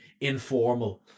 informal